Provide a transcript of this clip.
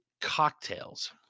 Cocktails